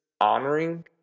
honoring